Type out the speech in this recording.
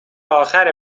آخر